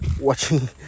watching